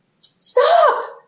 stop